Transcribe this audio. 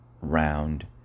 round